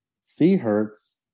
C-Hertz